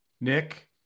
Nick